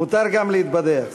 מותר גם להתבדח קצת.